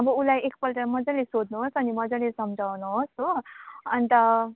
अब उसलाई एकपल्ट मज्जाले सोध्नुहोस् अनि मज्जाले सम्झाउनुहोस् हो अन्त